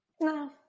No